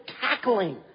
tackling